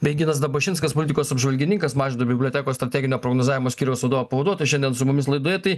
bei ginas dabašinskas politikos apžvalgininkas mažvydo bibliotekos strateginio prognozavimo skyriaus vadovo pavaduotojas šiandien su mumis laidoje tai